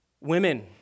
Women